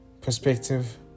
perspective